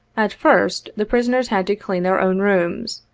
at first, the prisoners had to clean their own rooms,